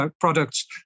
products